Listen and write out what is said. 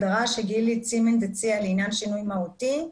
שגילי צימנד הציעה לעניין שינוי מהותי,